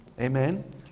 Amen